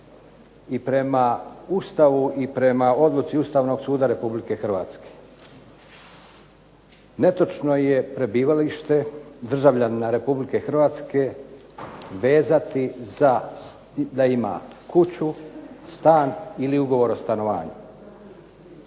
I prema Ustavu i prema odluci Ustavnog suda Republike Hrvatske netočno je prebivalište državljanina Republike Hrvatske vezati za da ima kuću, stan ili ugovor o stanovanju.